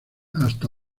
hasta